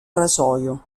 rasoio